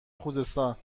خوزستان